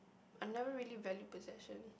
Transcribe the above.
I never really valued possession